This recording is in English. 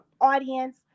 audience